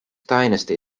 dynasty